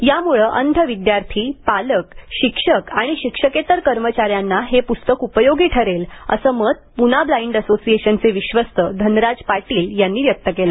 यामुळे अंध विद्यार्थी पालक शिक्षक आणि शिक्षकेतर कर्मचाऱ्यांना हे प्स्तक उपयोगी ठरेल असे मत पूना व्लाईंड असोसिएशनचे विश्वस्त धनराज पाटील यांनी यावेळी व्यक्त केले